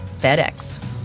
FedEx